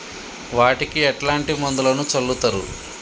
వాటికి ఎట్లాంటి మందులను చల్లుతరు?